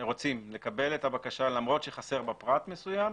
לקבל את הבקשה למרות שחסר בה פרט מסוים,